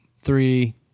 three